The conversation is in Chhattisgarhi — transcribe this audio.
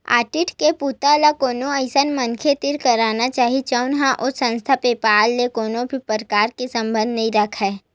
आडिट के बूता ल कोनो अइसन मनखे तीर कराना चाही जउन ह ओ संस्था, बेपार ले कोनो भी परकार के संबंध नइ राखय